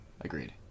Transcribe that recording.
Agreed